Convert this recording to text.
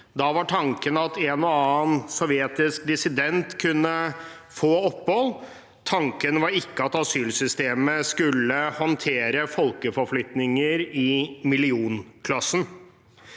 Da var tanken at en og annen sovjetisk dissident kunne få opphold. Tanken var ikke at asylsystemet skulle håndtere folkeforflytninger i millionklassen.